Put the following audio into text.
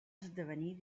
esdevenir